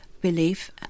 belief